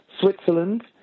Switzerland